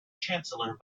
chancellor